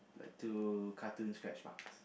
like two cartoon scratch marks